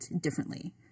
differently